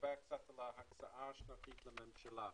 נדבר עכשיו על ההקצאה השנתית לממשלה.